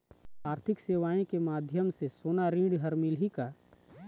आरथिक सेवाएँ के माध्यम से सोना ऋण हर मिलही का?